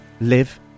live